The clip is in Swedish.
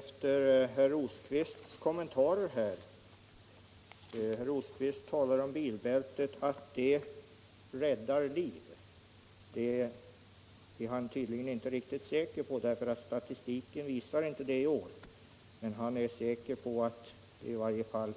Herr talman! Herr Rosqvist sade att bilbältet räddar liv. Det är han tydligen inte riktigt säker på, eftersom statistiken för i år inte visar att så är fallet, men han är säker på att vi i varje fall